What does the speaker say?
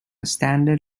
standard